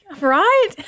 Right